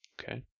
Okay